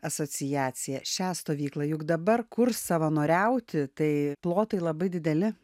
asociaciją šią stovyklą juk dabar kur savanoriauti tai plotai labai dideli